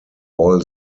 all